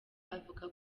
avuga